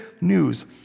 news